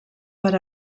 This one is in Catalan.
per